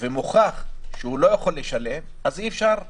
ומוכח שהוא לא יכול לשלם, אז אי אפשר לעשות,